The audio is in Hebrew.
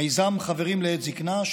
מיזם חברים לעת זקנה,